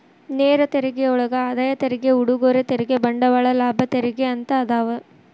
ನೇರ ತೆರಿಗೆಯೊಳಗ ಆದಾಯ ತೆರಿಗೆ ಉಡುಗೊರೆ ತೆರಿಗೆ ಬಂಡವಾಳ ಲಾಭ ತೆರಿಗೆ ಅಂತ ಅದಾವ